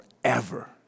forever